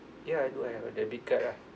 ya I do I have a debit card ah